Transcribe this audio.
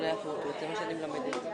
את זה ואם נעשה את זה בסעיף מסוים או לא.